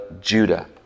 Judah